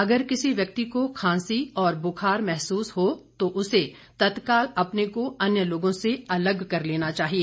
अगर किसी व्यक्ति को खांसी और बुखार महसूस हो तो उसे तत्काल अपने को अन्य लोगों से अलग कर लेना है